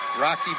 Rocky